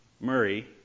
Murray